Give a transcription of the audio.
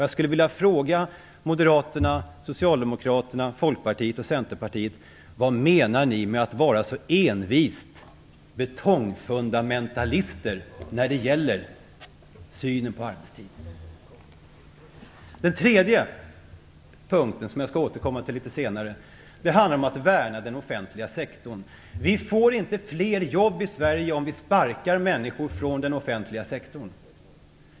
Jag skulle vilja fråga Moderaterna, Socialdemokraterna, Folkpartiet och Centerpartiet: Vad menar ni med att vara sådana envisa betongfundamentalister när det gäller synen på arbetstid? Den tredje punkten, som jag skall återkomma till senare, handlar om att värna den offentliga sektorn. Vi får inte fler jobb i Sverige om vi sparkar människor från den offentliga sektorn.